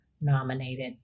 nominated